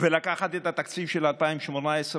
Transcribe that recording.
לקחת את התקציב של 2018,